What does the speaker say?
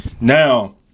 now